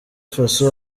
faso